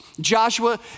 Joshua